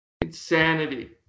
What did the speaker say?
Insanity